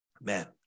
Man